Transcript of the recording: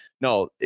No